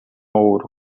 ouro